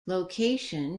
location